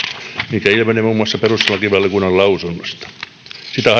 mikä ilmenee muun muassa perustuslakivaliokunnan lausunnosta sitä